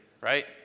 Right